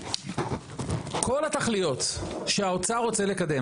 כל התכליות שהאוצר רוצה לקדם,